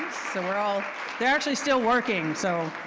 so we're all they're actually still working, so